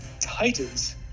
titans